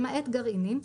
למעט גרעינים,